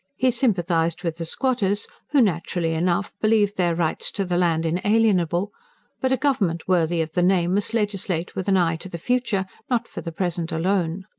he sympathised with the squatters, who naturally enough believed their rights to the land inalienable but a government worthy of the name must legislate with an eye to the future, not for the present alone.